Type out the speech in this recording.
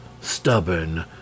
stubborn